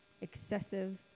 excessive